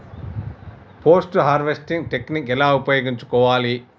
Post harvesting technique ఎలా ఉపయోగించుకోవాలి?